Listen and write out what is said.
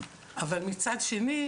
אבל מצד שני,